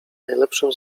najlepszym